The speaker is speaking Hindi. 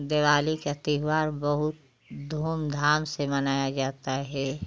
दिवाली का त्योहार बहुत धूम धाम से मनाया जाता है